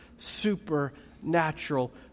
supernatural